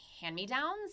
hand-me-downs